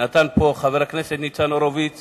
נתן פה חבר הכנסת ניצן הורוביץ